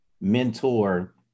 mentor